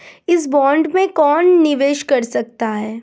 इस बॉन्ड में कौन निवेश कर सकता है?